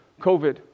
COVID